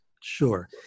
Sure